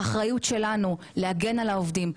האחריות שלנו להגן על העובדים,